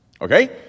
Okay